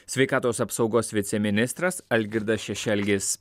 sveikatos apsaugos viceministras algirdas šešelgis